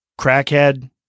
crackhead